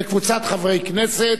וקבוצת חברי הכנסת,